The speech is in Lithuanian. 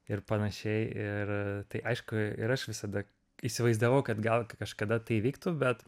ir panašiai ir tai aišku ir aš visada įsivaizdavau kad gal kažkada tai įvyktų bet